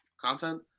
content